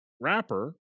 wrapper